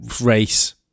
race